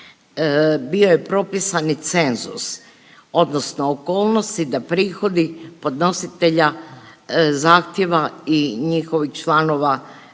bio je propisani cenzus odnosno okolnosti da prihodi podnositelja zahtjeva i njihovih članova